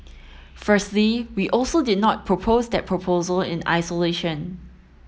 firstly we also did not propose that proposal in isolation